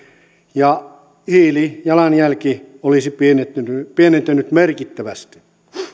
ja hiilijalanjälki olisi pienentynyt pienentynyt merkittävästi